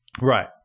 Right